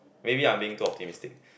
maybe I'm being too optimistic